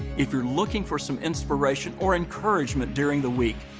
if you're looking for some inspiration or encourgement during the week,